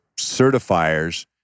certifiers